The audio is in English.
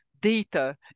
data